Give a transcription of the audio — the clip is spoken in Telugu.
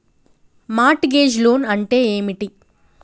మార్ట్ గేజ్ లోన్ అంటే ఏమిటి?